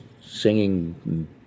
singing